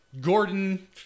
Gordon